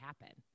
happen